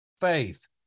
faith